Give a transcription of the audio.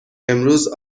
امروز